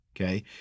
okay